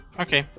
okay,